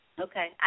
Okay